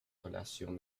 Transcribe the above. relation